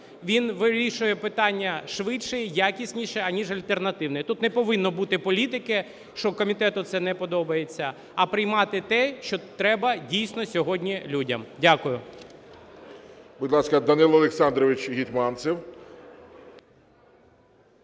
він вирішує питання швидше, якісніше, аніж альтернативний. Тут не повинно бути політики, що комітету це не подобається, а приймати те, що треба, дійсно, сьогодні людям. Дякую. ГОЛОВУЮЧИЙ. Будь ласка, Данило Олександрович Гетманцев.